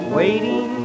waiting